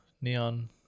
neon